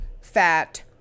fat